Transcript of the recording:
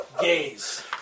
gays